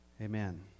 Amen